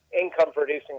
income-producing